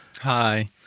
Hi